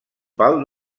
pal